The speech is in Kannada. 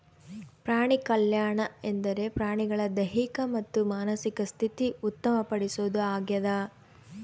ಪ್ರಾಣಿಕಲ್ಯಾಣ ಎಂದರೆ ಪ್ರಾಣಿಗಳ ದೈಹಿಕ ಮತ್ತು ಮಾನಸಿಕ ಸ್ಥಿತಿ ಉತ್ತಮ ಪಡಿಸೋದು ಆಗ್ಯದ